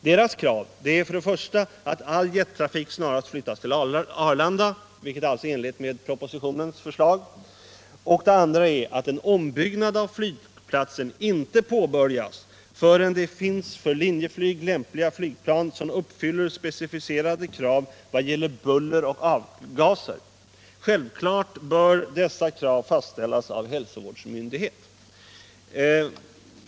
Deras krav är att all jettrafik snarast flyttas till Arlanda, vilket alltså är i enlighet med propositionens förslag, och att en ombyggnad av flygplatsen inte påbörjas förrän det finns för linjeflyg lämpliga flygplan som uppfyller specificerade krav vad gäller buller och avgaser. ”Självklart bör dessa krav fastställas av hälsovårdsmyndighet”, säger man.